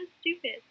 stupid